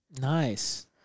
Nice